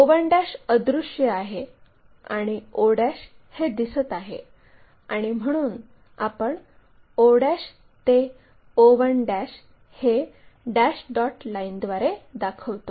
o1 अदृश्य आहे आणि o हे दिसत आहे आणि म्हणून आपण o ते o1 हे डॅश डॉट लाइन द्वारे दाखवितो